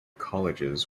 colleges